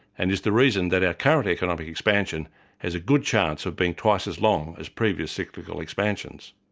and is the reason that our current economic expansion has a good chance of being twice as long as previous cyclical expansions.